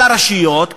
על הרשויות,